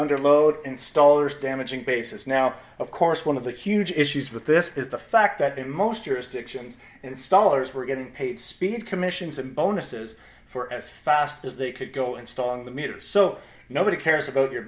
under load installers damaging basis now of course one of the huge issues with this is the fact that in most jurisdictions installers were getting paid speed commissions and bonuses for as fast as they could go installing the meters so nobody cares about your